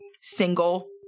single